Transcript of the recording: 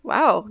Wow